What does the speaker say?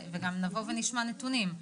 וגם נשמע נתונים.